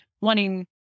wanting